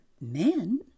men